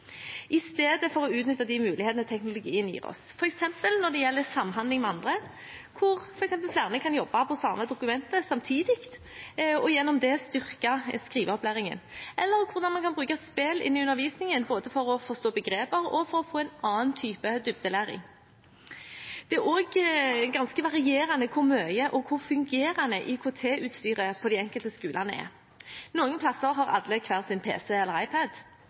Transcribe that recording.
i stedet for å utnytte de mulighetene teknologien gir oss f.eks. når det gjelder samhandling med andre, hvordan flere kan jobbe på samme dokument samtidig og gjennom det styrke skriveopplæringen, eller hvordan man kan bruke spill i undervisningen både for å forstå begreper og for å få en annen type dybdelæring. Det er også ganske varierende hvor mye IKT-utstyr det er på skolene, og hvor fungerende det er. Noen steder har alle hver sin pc og iPad,